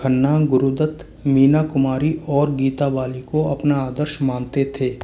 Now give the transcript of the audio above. खन्ना गुरु दत्त मीना कुमारी और गीता बाली को अपना आदर्श मानते थे